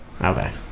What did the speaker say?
Okay